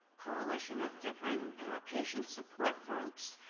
coalition of different patient support groups,